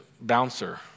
bouncer